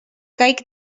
caic